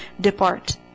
depart